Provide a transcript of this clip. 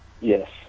Yes